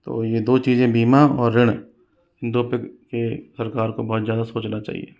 तो यह दो चीज़ें बीमा और ऋण दो पर यह सरकार को बहुत ज़्यादा सोचना चाहिए